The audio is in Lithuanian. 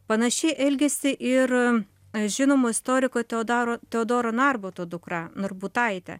panašiai elgiasi ir žinomo istoriko teodor teodoro narbuto dukra narbutaitė